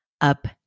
up